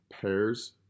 pairs